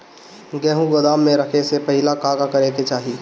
गेहु गोदाम मे रखे से पहिले का का करे के चाही?